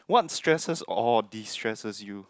what stresses or destresses you